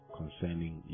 concerning